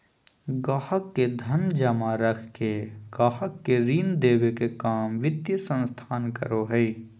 गाहक़ के धन जमा रख के गाहक़ के ऋण देबे के काम वित्तीय संस्थान करो हय